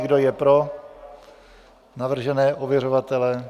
Kdo je pro navržené ověřovatele.